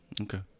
Okay